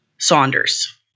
Saunders